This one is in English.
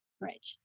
Right